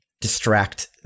distract